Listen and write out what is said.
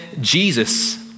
Jesus